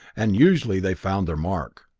and usually they found their mark.